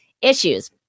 issues